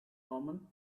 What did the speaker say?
common